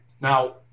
Now